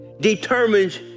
determines